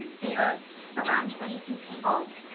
they were around twenty two people,